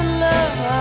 love